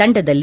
ತಂಡದಲ್ಲಿ